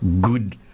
good